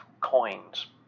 Coins